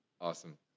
awesome